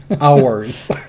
hours